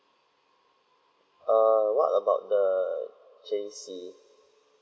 err what about the J_C